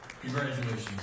Congratulations